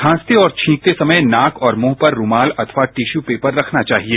खासते और छींकते समय नाक और मुंह पर रूमाल अथवा टिश्यू पेपर रखना चाहिए